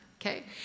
okay